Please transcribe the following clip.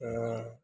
तऽ